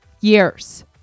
years